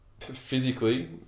physically